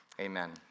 Amen